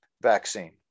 vaccine